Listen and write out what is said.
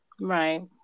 Right